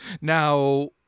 Now